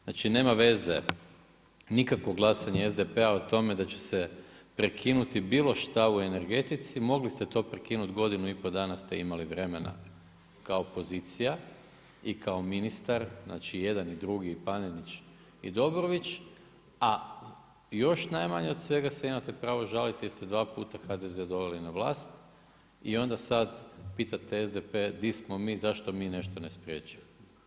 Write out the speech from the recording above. Znači nema veze nikakvog glasanje SDP-a o tome da će se prekinuti bilo šta u energetici, mogli ste to prekinuti, godinu i pol dana ste imali vremena kao pozicija i kao ministar, znači i jedan i drugi, Panenić i Dobrović a još najmanje od svega se imate pravo žaliti jer ste dvaputa HDZ na vlast i onda sad pitate SDP, di smo mi, zašto mi nešto ne spriječimo.